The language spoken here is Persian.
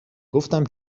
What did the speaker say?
گفتم